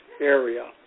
area